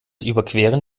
überqueren